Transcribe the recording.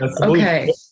Okay